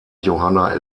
johanna